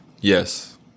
Yes